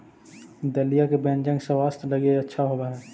दलिया के व्यंजन स्वास्थ्य लगी अच्छा होवऽ हई